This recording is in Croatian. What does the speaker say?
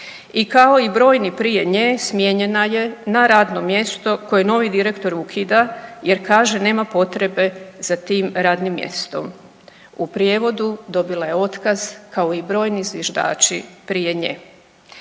i kao i brojni prije nje smijenjena je na radno mjesto koje novi direktor ukida jer kaže nema potrebe za tim radnim mjestom, u prijevodu dobila je otkaz kao i brojni zviždači prije nje.